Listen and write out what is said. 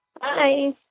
Hi